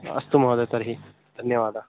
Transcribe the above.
अस्तु महोदयः तर्हि धन्यवादः